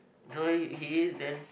he is then